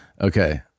Okay